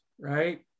right